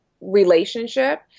relationship